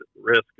risk